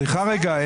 סליחה רגע,